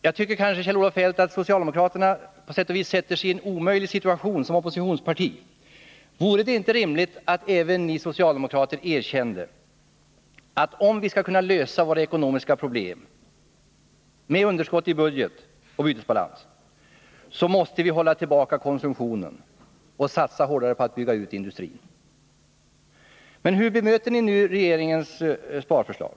Jag tycker, Kjell-Olof Feldt, att socialdemokraterna på sätt och vis sätter sig i en omöjlig position som oppositionsparti. Vore det inte rimligt att även ni socialdemokrater erkände att om vi skulle kunna lösa våra ekonomiska problem — med underskott i budget och bytesbalans — så måste vi hålla tillbaka konsumtionen och satsa hårdare på att bygga ut industrin. Men hur bemöter ni regeringens sparförslag?